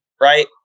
Right